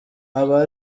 aba